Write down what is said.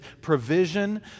provision